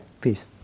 Peace